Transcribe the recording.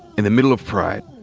in the middle of pride,